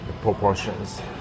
proportions